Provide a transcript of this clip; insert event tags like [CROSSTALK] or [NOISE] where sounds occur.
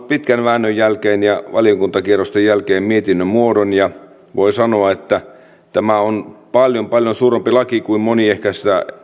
[UNINTELLIGIBLE] pitkän väännön ja valiokuntakierrosten jälkeen mietinnön muodon voi sanoa että tämä on paljon paljon suurempi laki kuin moni ehkä